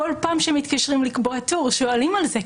כל פעם שמתקשרים לקבוע תור שואלים על זה,